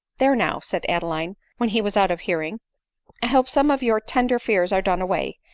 there now, said adeline, when he was out of hear ing, i hope some of your tender fears are done away.